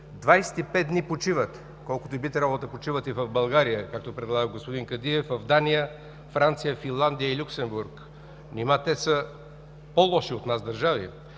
25 дни почиват, колкото би трябвало да почиват и в България, както предлага господин Кадиев, в Дания, Франция, Финландия и Люксембург. Нима те са по-лоши от нас държави?